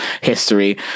history